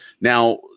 Now